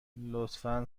لطفا